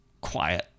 quiet